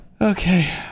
Okay